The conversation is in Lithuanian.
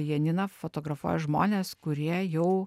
janina fotografuoja žmones kurie jau